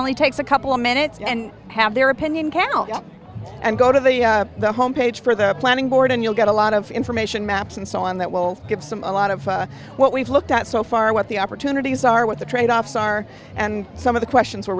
only takes a couple of minutes and have their opinion cal and go to the home page for their planning board and you'll get a a lot of information maps and so on that will give some a lot of what we've looked at so far what the opportunities are what the tradeoffs are and some of the questions we're